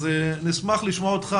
נשמח לשמוע אותך.